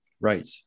Right